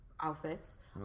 outfits